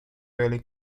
valley